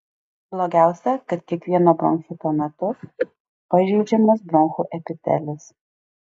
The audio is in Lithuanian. blogiausia kad kiekvieno bronchito metu pažeidžiamas bronchų epitelis